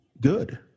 good